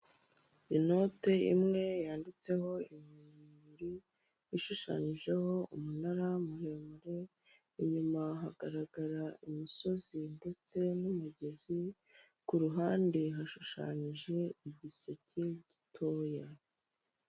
Inote imwe yanditseho ibihumbi bibiri ishushanyijeho umunara muremure inyuma hagaragara imisozi ndetse n'imigezi ku ruhande hashushanyije uduseke dutoya.